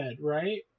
right